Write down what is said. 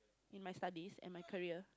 in my studies in my career